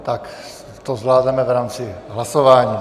Tak to zvládneme v rámci hlasování.